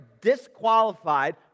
disqualified